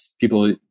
people